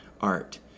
art